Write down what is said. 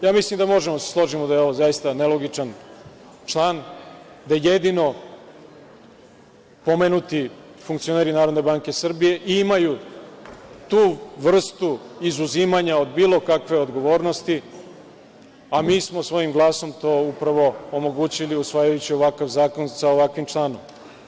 Dakle, mislim da možemo da se složimo da je ovo zaista nelogičan član, da jedino pomenuti funkcioneri NBS imaju tu vrstu izuzimanja od bilo kakve odgovornosti, a mi smo svojim glasom to upravo omogućili usvajajući ovakav zakon sa ovakvim članom.